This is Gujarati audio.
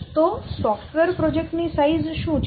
તો સોફ્ટવેર પ્રોજેક્ટ ની સાઈઝ શું છે